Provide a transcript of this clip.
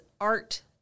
art